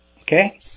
Okay